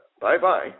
Bye-bye